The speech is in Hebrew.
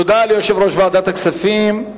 תודה ליושב-ראש ועדת הכספים,